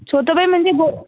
छो त भई मुंहिंजी पोइ